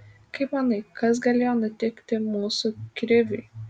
kaip manai kas galėjo nutikti mūsų kriviui